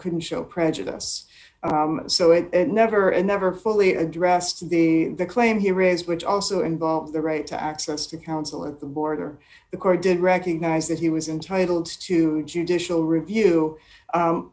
couldn't show prejudice so it never and never fully addressed the claim he raised which also involves the right to access to counsel at the border the court did recognize that he was entitled to judicial review u